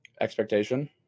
Expectation